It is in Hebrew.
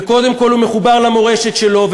וקודם כול הוא מחובר למורשת שלו,